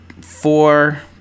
four